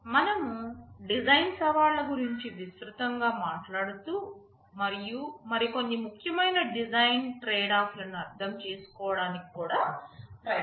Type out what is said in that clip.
మనము డిజైన్ సవాళ్ళ గురించి విస్తృతం గా మాట్లాడుతూ మరియు మరికొన్ని ముఖ్యమైన డిజైన్ ట్రేడ్ఆఫ్లను అర్థం చేసుకోవడానికి కూడా ప్రయత్నిస్తాము